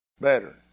better